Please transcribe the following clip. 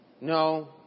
No